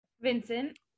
Vincent